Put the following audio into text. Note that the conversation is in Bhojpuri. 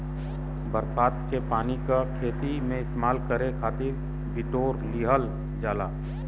बरसात के पानी क खेती में इस्तेमाल करे खातिर बिटोर लिहल जाला